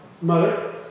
mother